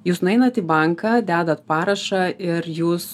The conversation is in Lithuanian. jūs nueinat į banką dedat parašą ir jūs